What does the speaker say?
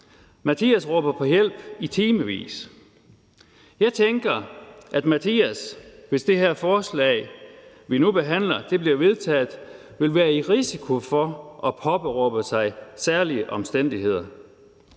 Mathias råber på hjælp i timevis. Jeg tænker, at Mathias, hvis det her forslag, vi nu behandler, bliver vedtaget, vil være i risiko for at blive kategoriseret